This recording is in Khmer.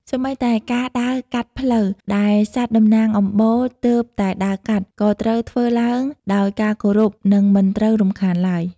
សូម្បីតែការដើរកាត់ផ្លូវដែលសត្វតំណាងអំបូរទើបតែដើរកាត់ ក៏ត្រូវធ្វើឡើងដោយការគោរព និងមិនត្រូវរំខានឡើយ។